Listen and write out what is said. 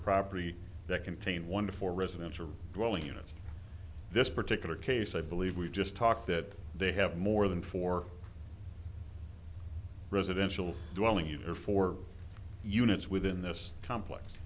property that contain one for residential units this particular case i believe we just talked that they have more than four residential dwelling you or four units within this complex